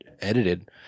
edited